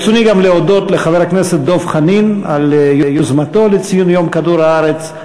ברצוני גם להודות לחבר הכנסת דב חנין על יוזמתו לציון יום כדור-הארץ,